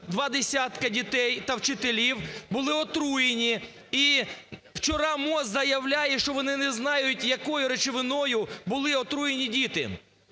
два десятки дітей та вчителів, були отруєні. І вчора МОЗ заявляє, що вони не знають, якою речовиною були отруєні діти.